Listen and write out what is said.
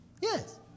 Yes